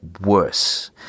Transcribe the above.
worse